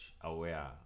aware